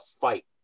fight